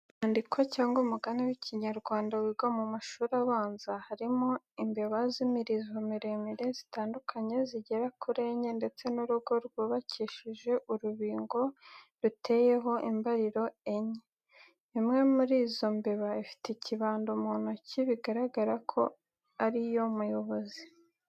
Umwandiko cyangwa umugani w'ikinyarwanda wigwa mu mashuri abanza. Harimo imbeba z'imirizo miremire zitandukanye zigera kuri enye ndetse n'urugo rwubakishije urubingo, ruteyeho imbariro enye. Imwe mu izo mbeba ifite ikibando mu ntoki bigaragara ko ari yo muyobozi.